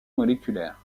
moléculaire